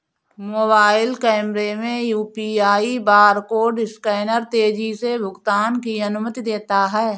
mobile कैमरे में UPI barcode scanner तेजी से भुगतान की अनुमति देता है